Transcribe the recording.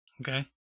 okay